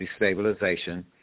destabilization